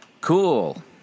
cool